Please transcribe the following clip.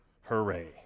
hooray